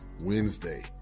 Wednesday